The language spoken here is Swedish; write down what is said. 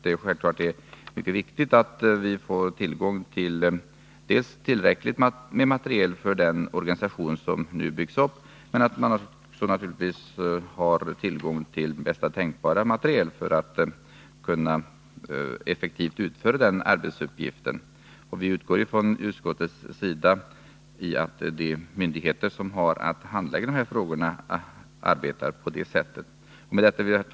Det är självfallet mycket viktigt att vi får tillgång dels till tillräckligt med materiel för den Organisation som nu byggs upp, dels också naturligtvis till bästa tänkbara materiel för att kunna utföra denna arbetsuppgift. Vi utgår i utskottet från att de myndigheter som har att handlägga dessa frågor arbetar på ett sådant sätt att detta blir möjligt.